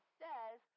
says